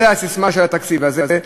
זו הססמה של התקציב הזה.